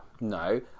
No